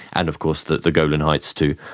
and of course the the golan heights too.